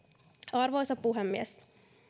arvoisa puhemies